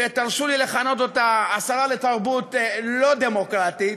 שתרשו לי לכנות אותה "השרה לתרבות לא דמוקרטית"